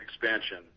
expansion